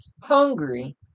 hungry